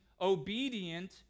obedient